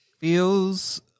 Feels